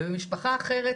ובמשפחה אחרת,